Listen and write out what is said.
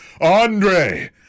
Andre